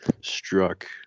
struck